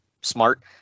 smart